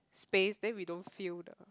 space then we don't feel the